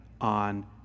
on